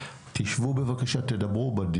תשבו בבקשה ותדברו ביניכם,